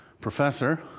professor